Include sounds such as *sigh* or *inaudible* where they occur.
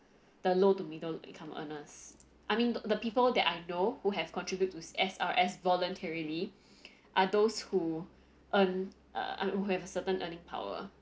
the low to middle-income earners I mean the people that I know who have contribute to S_R_S voluntarily *breath* are those who earn uh who have a certain earning power